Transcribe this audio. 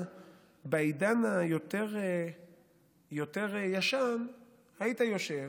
בעידן היותר-ישן היית יושב,